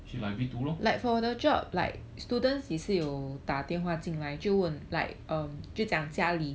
去 library 读 lor